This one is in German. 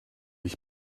ich